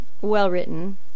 well-written